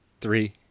three